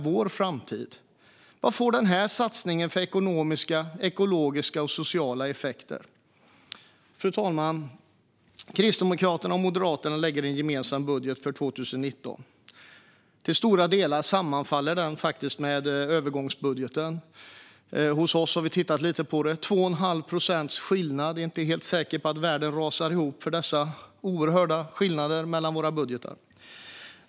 Vad får satsningen för ekonomiska, ekologiska och sociala effekter? Fru talman! Kristdemokraterna och Moderaterna lägger fram en gemensam budget för 2019. Till stora delar sammanfaller den med övergångsbudgeten. Hos oss har vi tittat lite på detta: Det är 2 1⁄2 procents skillnad. Jag är inte säker på att världen rasar ihop för denna "oerhörda" skillnad mellan våra budgetar.